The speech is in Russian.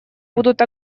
будут